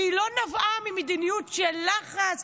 והיא לא נבעה ממדיניות של לחץ,